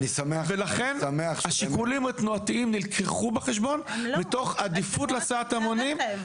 ולכן השיקולים התנועתיים נלקחו בחשבון מתוך עדיפות להסעת המונים,